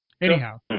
Anyhow